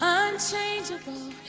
unchangeable